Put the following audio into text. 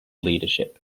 leadership